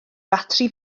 batri